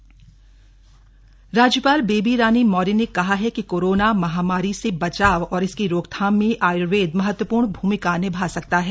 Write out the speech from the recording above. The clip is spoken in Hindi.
राज्यपाल राज्यपाल बेबी रानी मौर्य ने कहा है कि कोरोना महामारी से बचाव और इसकी रोकथाम में आयूर्वेद महत्वपूर्ण भूमिका निभा सकता है